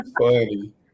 funny